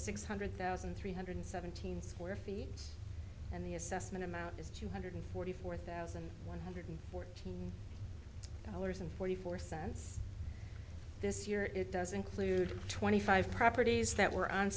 six hundred thousand three hundred seventeen square feet and the assessment amount is two hundred forty four thousand one hundred fourteen dollars and forty four cents this year it does include twenty five properties that were on